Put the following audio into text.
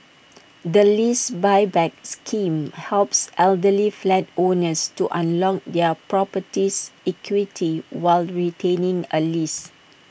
the lease Buyback scheme helps elderly flat owners to unlock their property's equity while retaining A lease